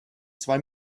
zwei